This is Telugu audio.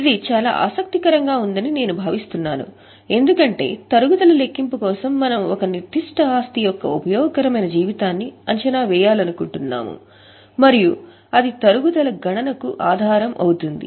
ఇది చాలా ఆసక్తికరంగా ఉందని నేను భావిస్తున్నాను ఎందుకంటే తరుగుదల లెక్కింపు కోసం మనము ఒక నిర్దిష్ట ఆస్తి యొక్క ఉపయోగకరమైన జీవితాన్ని అంచనా వేయాలనుకుంటున్నాము మరియు అది తరుగుదల గణనకు ఆధారం అవుతుంది